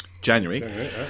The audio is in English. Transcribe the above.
January